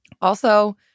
Also-